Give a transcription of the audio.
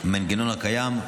המנגנון הקיים.